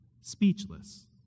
speechless